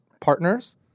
partners